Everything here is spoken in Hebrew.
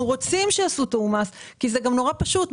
אנחנו רוצים שיעשו תיאום מס כי זה גם נורא פשוט.